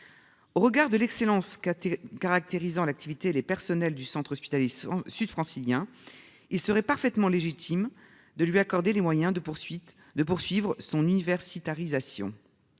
Au regard de l'excellence KT caractérisant l'activité les personnels du Centre hospitalier Sud francilien. Il serait parfaitement légitime de lui accorder les moyens de poursuite de poursuivre son